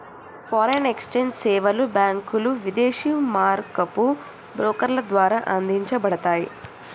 foreign exchange సేవలు బ్యాంకులు, విదేశీ మారకపు బ్రోకర్ల ద్వారా అందించబడతయ్